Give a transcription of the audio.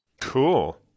Cool